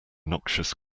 noxious